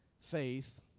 faith